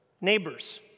neighbors